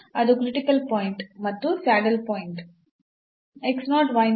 ಅದು critical point ಮತ್ತು saddle point saddle point